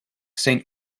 saint